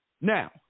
Now